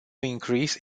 increase